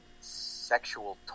sexual